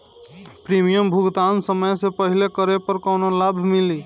Premium भुगतान समय से पहिले करे पर कौनो लाभ मिली?